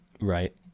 Right